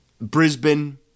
Brisbane